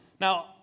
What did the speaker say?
Now